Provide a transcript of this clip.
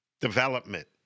Development